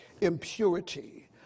impurity